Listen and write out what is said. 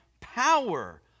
power